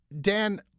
Dan